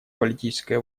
политической